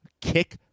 kick